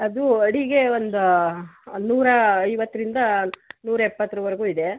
ಅದು ಅಡಿಗೆ ಒಂದು ನೂರಾ ಐವತ್ತರಿಂದ ನೂರ ಎಪ್ಪತ್ತರವರ್ಗೂ ಇದೆ